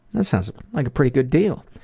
that sounds like a pretty good deal.